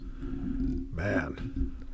Man